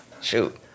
Shoot